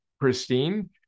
pristine